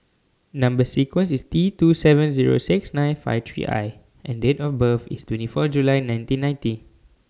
Number sequence IS T two seven Zero six nine five three I and Date of birth IS twenty four July nineteen ninety